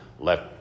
left